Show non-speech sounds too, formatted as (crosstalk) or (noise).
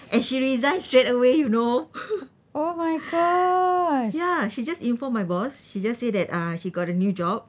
and she resigned straightaway you know (noise) ya she just informed my boss she just say that uh she got a new job